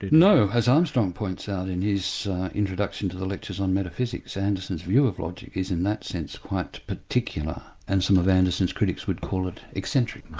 no, as armstrong points out in his introduction to the lectures on metaphysics, anderson's view of logic is in that sense quite particular, and some of anderson's critics would call it eccentric.